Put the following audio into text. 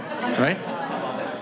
Right